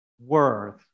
worth